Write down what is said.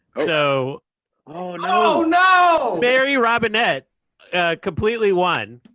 so oh no, oh no. mary robinette completely won.